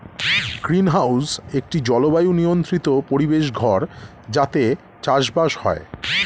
greenhouse একটি জলবায়ু নিয়ন্ত্রিত পরিবেশ ঘর যাতে চাষবাস হয়